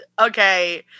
okay